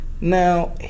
Now